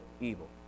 evil